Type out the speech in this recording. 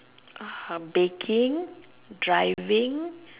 uh um baking driving